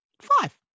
five